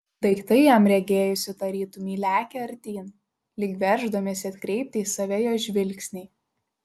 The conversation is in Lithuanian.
daiktai jam regėjosi tarytumei lekią artyn lyg verždamiesi atkreipti į save jo žvilgsnį